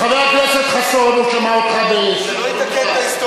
חבר הכנסת חסון, הוא שמע אותך בסבלנות רבה.